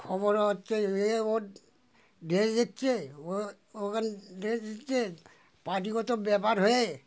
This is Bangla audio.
খবর হচ্ছে এ ওর এ দিচ্ছে ওখানেে দিচ্ছে পার্টিগত ব্যাপার হয়ে